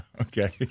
Okay